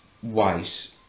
white